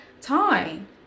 time